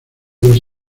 los